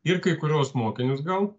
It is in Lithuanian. ir kai kuriuos mokinius gal